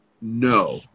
No